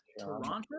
Toronto